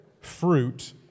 fruit